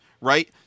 right